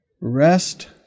rest